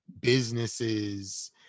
businesses